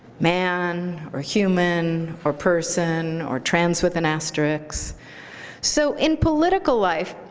man, or human, or person, or trans with an asterisk. so so in political life,